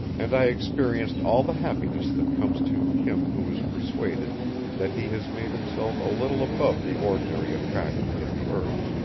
and i experienced all the happiness that comes to him who is persuaded that he has made himself a little above the ordinary attractions of the earth.